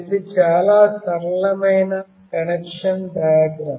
ఇది చాలా సరళమైన కనెక్షన్ డయాగ్రమ్